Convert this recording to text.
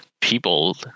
people